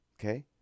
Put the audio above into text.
Okay